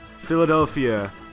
Philadelphia